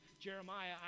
Jeremiah